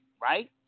right